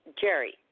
Jerry